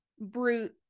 brute